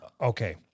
Okay